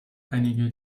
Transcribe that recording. einige